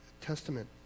testament